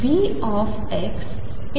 देते